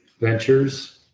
ventures